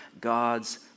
God's